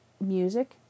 music